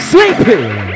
Sleeping